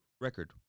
record